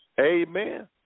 Amen